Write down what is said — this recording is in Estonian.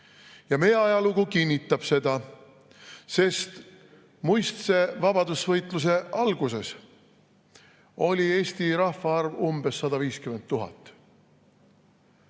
Meie ajalugu kinnitab seda, sest muistse vabadusvõitluse alguses oli Eesti rahvaarv umbes 150 000.